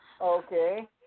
Okay